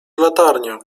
latarnię